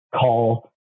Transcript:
call